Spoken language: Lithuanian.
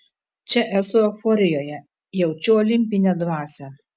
čia esu euforijoje jaučiu olimpinę dvasią